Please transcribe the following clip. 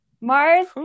Mars